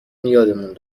یادمون